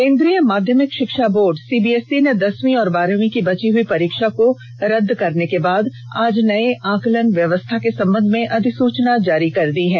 केन्द्रीय माध्यमिक षिक्षा बोर्ड सीबीएसई ने दसवी और बारहवीं की बची हई परीक्षा को रदद करने के बाद आज नये आंकलन व्यवस्था के संबंध में अधिसूचना जारी कर दी है